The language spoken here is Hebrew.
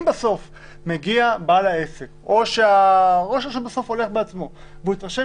אם בסוף מגיע בעל העסק או שראש הרשות הולך בעצמו והתרשם